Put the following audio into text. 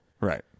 Right